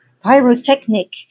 pyrotechnic